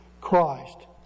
Christ